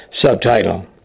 Subtitle